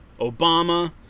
Obama